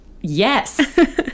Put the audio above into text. Yes